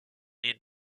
est